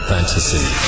Fantasy